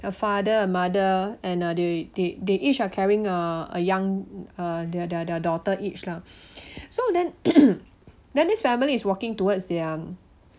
a father a mother and uh they they they each are carrying a a young uh their their their daughter each lah so then then then this family is walking towards their